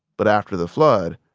but after the flood,